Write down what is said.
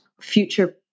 future